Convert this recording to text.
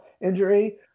injury